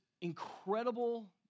incredible